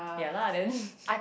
ya lah then